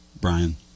Brian